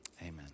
amen